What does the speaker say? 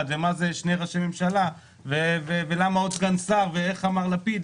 ומה זה שני ראשי ממשלה ולמה עוד סגן שר ואיך אמר לפיד,